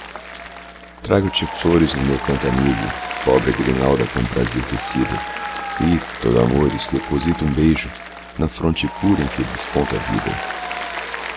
trago-te flores no meu canto amigo pobre grinalda com prazer tecida e todo amores deposito um beijo na fronte pura em que desponta a vida